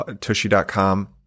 Tushy.com